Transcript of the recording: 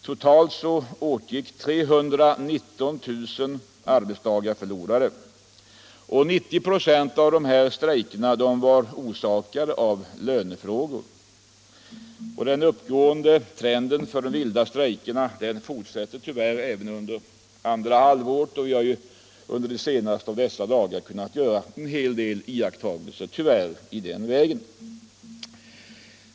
Totalt gick 319 000 arbetsdagar förlorade. 90 96 av dessa strejker var orsakade av lönefrågor. Den uppåtgående trenden för de vilda strejkerna fortsätter tyvärr även under andra halvåret, och vi har under de senaste av dessa dagar kunnat göra en hel del iakttagelser i den vägen.